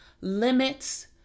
Limits